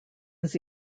his